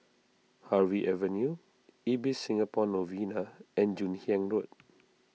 Harvey Avenue Ibis Singapore Novena and Joon Hiang Road